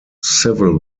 civil